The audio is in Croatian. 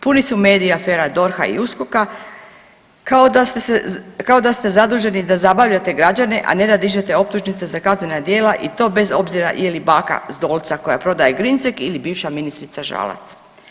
Puni su mediji afera DORH-a i USKOK-a kao da ste zaduženi da zabavljate građane, a ne da dižete optužnice za kaznena djela i to bez obzira je li baka s Dolca koja prodaje grincek ili bivša ministrica Žalac.